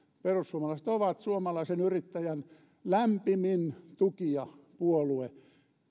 perussuomalaiset ovat suomalaisen yrittäjän lämpimin tukijapuolue